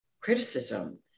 criticism